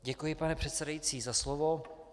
Děkuji, pane předsedající, za slovo.